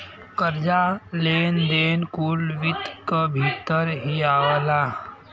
कर्जा, लेन देन कुल वित्त क भीतर ही आवला